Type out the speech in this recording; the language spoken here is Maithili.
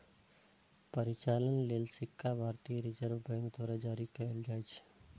परिचालन लेल सिक्का भारतीय रिजर्व बैंक द्वारा जारी कैल जाइ छै